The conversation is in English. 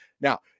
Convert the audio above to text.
Now